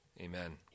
Amen